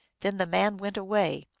then the man went away.